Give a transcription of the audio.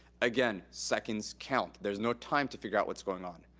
again, seconds count. there's no time to figure out what's going on.